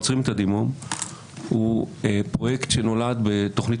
עוצרים את הדימום הוא פרויקט שנולד בתוכנית